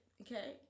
Okay